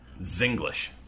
Zinglish